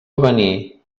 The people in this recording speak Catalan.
avenir